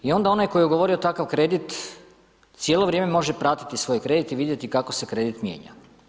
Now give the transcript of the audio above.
I onda onaj koji je ugovorio takav kredit, cijelo vrijeme može pratiti svoj kredit i vidjeti kako se kredit mijenja.